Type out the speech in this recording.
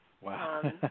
Wow